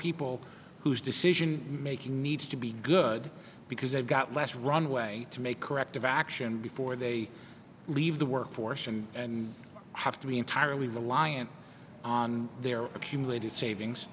people who's decision making needs to be good because they've got less runway to make corrective action before they leave the workforce and have to be entirely reliant on their accumulated savings